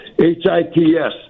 H-I-T-S